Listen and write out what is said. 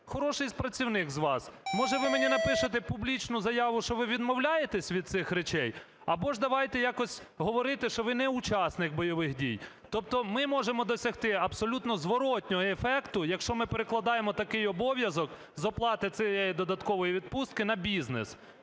Хороший працівник з вас. Може, ви мені напишете публічну заяву, що ви відмовляєтесь від цих речей? Або ж давайте якось говорити, що ви не учасник бойових дій". Тобто ми можемо досягти абсолютно зворотнього ефекту, якщо ми перекладаємо такий обов'язок з оплати цієї додаткової відпустки на бізнес.